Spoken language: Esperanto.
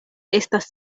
estas